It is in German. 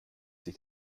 sich